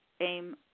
aim